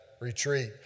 retreat